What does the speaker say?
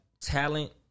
talent